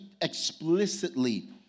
explicitly